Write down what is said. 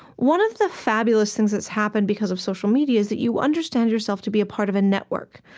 one of the fabulous things that's happened because of social media is that you understand yourself to be a part of a network,